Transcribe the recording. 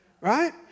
right